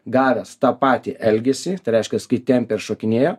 gavęs tą patį elgesį tai reiškias kai tempia ir šokinėja